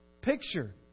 picture